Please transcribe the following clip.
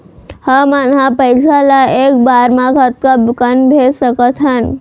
हमन ह पइसा ला एक बार मा कतका कन भेज सकथन?